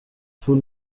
پول